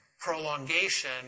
prolongation